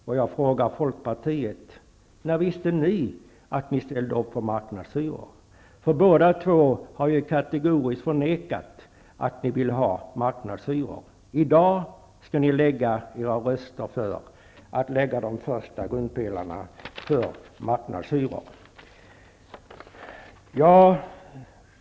Jag vill fråga Folkpartiet: När visste ni att ni ställde upp för marknadshyror? Ni båda har ju kategoriskt förnekat att ni vill ha marknadshyror. Men i dag skall ni lägga era röster för att lägga de första grundpelarna för marknadshyror.